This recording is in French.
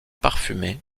parfumée